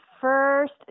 first